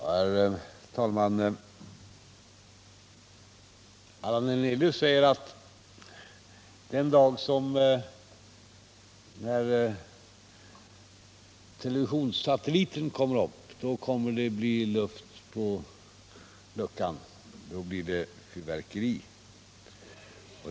Herr talman! Allan Hernelius säger att den dag när televisionssatelliten kommer upp, då blir det luft i luckan, då blir det fyrverkeri.